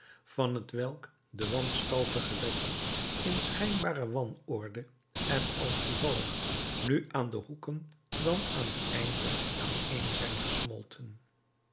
van t welk de wanstaltige letters in schijnbare wanorde en als toevallig nu aan de hoeken dan aan de einden aaneen zijn gesmolten